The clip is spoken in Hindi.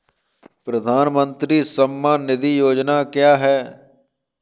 प्रधानमंत्री किसान सम्मान निधि योजना क्या है?